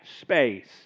space